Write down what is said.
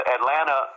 Atlanta